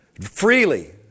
freely